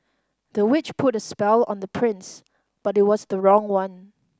the witch put a spell on the prince but it was the wrong one